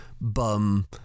bum